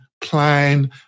plan